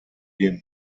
dem